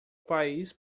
país